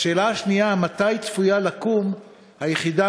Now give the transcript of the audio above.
השאלה השנייה, מתי צפויה לקום היחידה